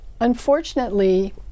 unfortunately